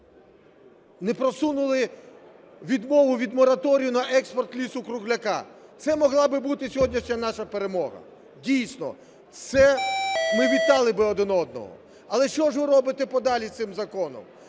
не просунули відмову від мораторію на експорт лісу-кругляка. Це могла би бути сьогоднішня наша перемога. Дійсно, це ми вітали б один одного. Але що ж ви робите подалі з цим законом?